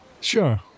Sure